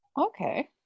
okay